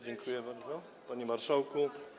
Dziękuję bardzo, panie marszałku.